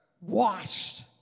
washed